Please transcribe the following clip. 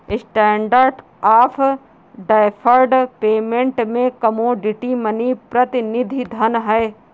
standard of deferred payment में commodity money प्रतिनिधि धन हैं